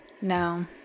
No